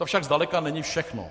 To však zdaleka není všechno.